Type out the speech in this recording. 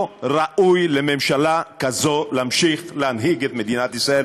לא ראוי לממשלה כזו להמשיך להנהיג את מדינת ישראל.